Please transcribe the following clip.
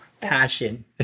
passion